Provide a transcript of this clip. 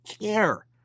care